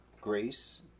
grace